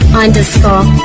underscore